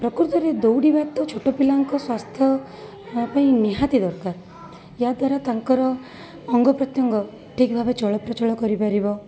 ପ୍ରକୃତରେ ଦୌଡ଼ିବା ତ ଛୋଟପିଲାଙ୍କ ସ୍ଵାସ୍ଥ୍ୟ ପାଇଁ ନିହାତି ଦରକାର ଏହାଦ୍ଵାରା ତାଙ୍କର ଅଙ୍ଗପ୍ରତ୍ୟେଙ୍ଗ ଠିକ୍ ଭାବେ ଚଳପ୍ରଚଳ କରିପାରିବ